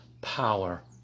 Power